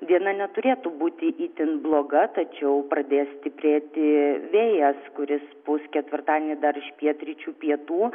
diena neturėtų būti itin bloga tačiau pradės stiprėti vėjas kuris pūs ketvirtadienį dar pietryčių pietų